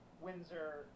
Windsor